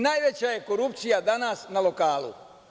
Najveća je korupcija danas na lokalu.